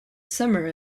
summer